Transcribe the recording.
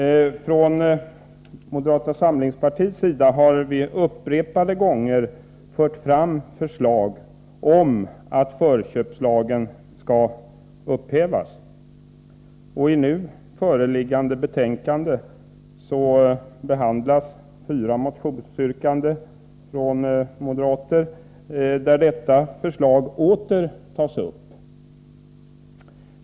Från moderata samlingspartiets sida har vi upprepade gånger fört fram förslag om att förköpslagen skall upphävas. I nu föreliggande betänkande behandlas fyra motionsyrkanden från moderater, där detta förslag åter tas upp.